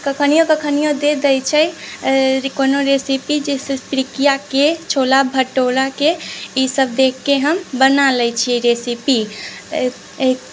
कखोनिय कखोनिय दे दै छै कोनो रेसिपी जैसे पिरुकिया के छोला भटूरा के ईसब देख के हम बना लै छियै रेसिपी